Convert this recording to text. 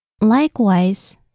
Likewise